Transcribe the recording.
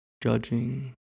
Judging